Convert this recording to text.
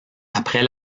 après